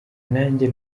nanjye